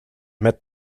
met